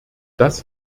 das